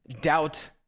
doubt